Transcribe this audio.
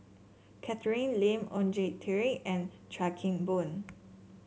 Catherine Lim Oon Jin Teik and Chuan Keng Boon